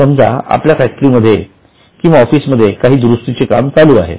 समजा आपल्या फॅक्टरीमध्ये किंवा ऑफिसमध्ये काही दुरुस्तीचे काम चालू आहे